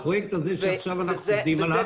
הפרויקט הזה שעכשיו אנחנו עובדים עליו,